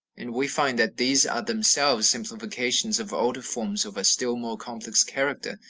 and we find that these are themselves simplifications of older forms of a still more complex character.